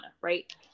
right